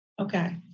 Okay